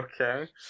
Okay